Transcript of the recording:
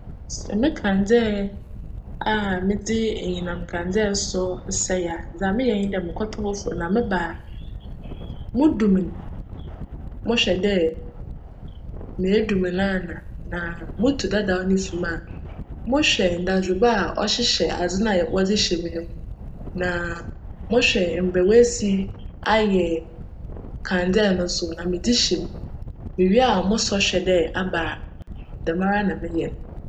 Sj me kandzea a medze enyinam kandzea sc sj a, mokctc fofor na meba a mudum no hwj dj m'edum no ana, na mutu dadaw no fi mu a mohwj ndaadze ba chyehyj cdze na wcdze hyehyj mu no mu na mohwj mbrj woesi ayj kandzea no so na medze hyj mu. Muwie a, mosc hwj dj aba a. Djmara na meyj no.